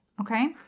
Okay